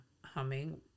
humming